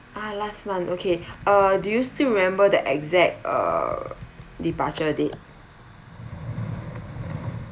ah last month okay uh do you still remember the exact uh departure date